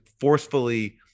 forcefully